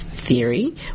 Theory